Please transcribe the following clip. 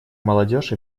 молодежь